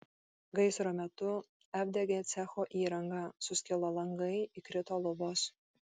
gaisro metu apdegė cecho įranga suskilo langai įkrito lubos